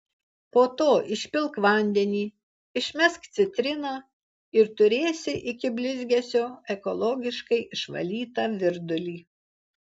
po to išpilk vandenį išmesk citriną ir turėsi iki blizgesio ekologiškai išvalytą virdulį